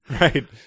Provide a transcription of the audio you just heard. right